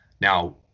Now